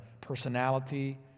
personality